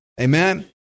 Amen